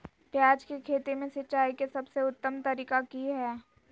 प्याज के खेती में सिंचाई के सबसे उत्तम तरीका की है?